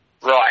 right